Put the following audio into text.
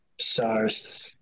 SARS